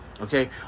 okay